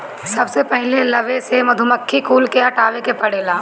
सबसे पहिले लवे से मधुमक्खी कुल के हटावे के पड़ेला